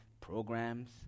programs